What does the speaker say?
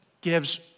gives